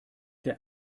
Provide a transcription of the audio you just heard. der